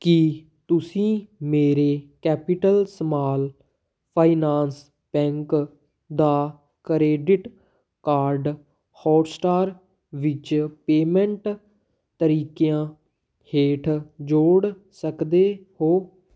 ਕੀ ਤੁਸੀਂਂ ਮੇਰੇ capital small finance bank ਦਾ ਕਰੇਡਿਟ ਕਾਰਡ ਹੌਟਸਟਾਰ ਵਿੱਚ ਪੇਮੈਂਟ ਤਰੀਕਿਆਂ ਹੇਠ ਜੋੜ ਸਕਦੇ ਹੋ